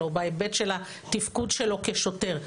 בהיבט של התפקוד שלו כשוטר,